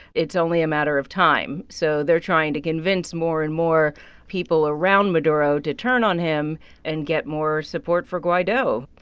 it's only a matter of time. so they're trying to convince more and more people around maduro to turn on him and get more support for guaido.